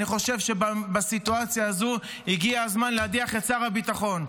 אני חושב שבסיטואציה הזאת הגיע הזמן להדיח את שר הביטחון,